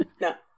No